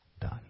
done